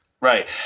Right